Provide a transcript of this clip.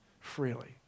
freely